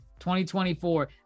2024